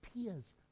appears